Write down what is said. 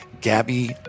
Gabby